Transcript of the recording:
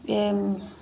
এই